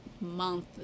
month